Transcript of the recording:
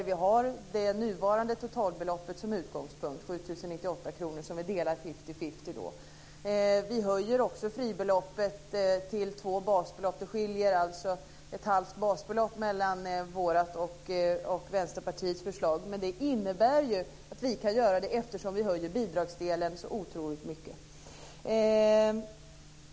Vi har det nuvarande beloppet som utgångspunkt, alltså 7 098 kr som vi delar fiftyfifty. Vi höjer också fribeloppet till två basbelopp. Ett halvt basbelopp skiljer alltså vårt förslag från Vänsterpartiets förslag. Vi kan göra så eftersom vi höjer bidragsdelen otroligt mycket.